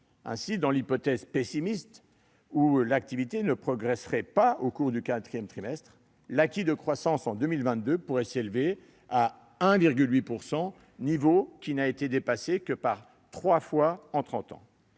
Ainsi, dans l'hypothèse pessimiste où l'activité ne progresserait pas au cours du quatrième trimestre, l'acquis de croissance en 2022 pourrait s'élever à 1,8 %, niveau qui n'a été dépassé que trois fois en trente